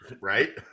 Right